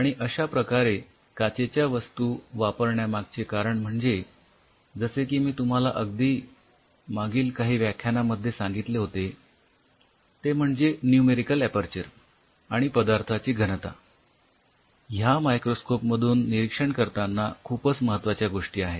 आणि अश्या प्रकारे काचेच्या वस्तू वापरण्यामागचे कारण म्हणजे जसे की मी तुम्हाला अगदी मागील काही व्याख्यानांमध्ये सांगितले होते ते म्हणजे न्यूमेरिकल ऍपर्चर आणि पदार्थाची घनता ह्या मायक्रोस्कोप मधून निरीक्षण करतांना खूपच महत्वपूर्ण गोष्टी आहेत